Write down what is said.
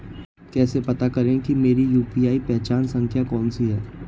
कैसे पता करें कि मेरी यू.पी.आई पहचान संख्या कौनसी है?